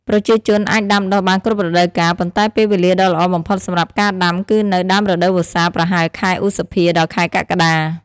ប្រជាជនអាចដាំដុះបានគ្រប់រដូវកាល ប៉ុន្តែពេលវេលាដ៏ល្អបំផុតសម្រាប់ការដាំគឺនៅ ដើមរដូវវស្សា ប្រហែលខែឧសភា ដល់ខែកក្កដា។